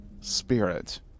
spirit